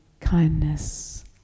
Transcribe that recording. kindness